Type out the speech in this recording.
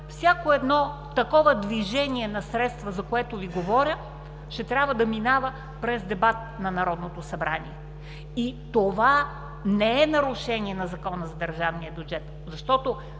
всяко едно такова движение на средства, за което Ви говоря, ще трябва да минава през дебат на Народното събрание? И това не е нарушение на Закона за държавния бюджет, защото